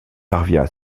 parvient